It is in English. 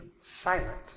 silent